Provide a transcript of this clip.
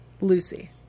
Lucy